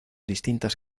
distintas